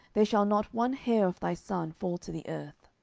there shall not one hair of thy son fall to the earth.